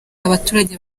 abaturage